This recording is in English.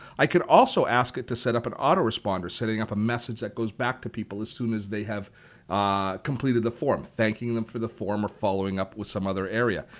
i could also ask it to set up an autoresponder, setting up a message that goes back to people as soon as they have completed the form, thanking them for the form or following up with some other area.